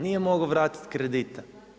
Nije mogao vratiti kredite.